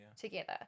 together